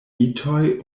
mitoj